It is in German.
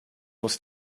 muss